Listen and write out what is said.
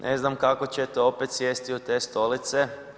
Ne znam kako ćete opet sjesti u te stolice.